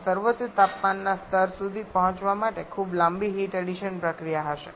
આ સર્વોચ્ચ તાપમાનના સ્તર સુધી પહોંચવા માટે ખૂબ લાંબી હીટ એડિશન પ્રક્રિયા હશે